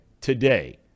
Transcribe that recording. today